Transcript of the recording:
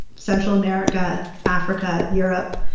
central america, africa, europe,